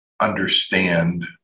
understand